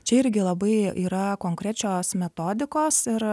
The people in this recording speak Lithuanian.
čia irgi labai yra konkrečios metodikos ir